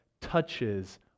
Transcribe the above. touches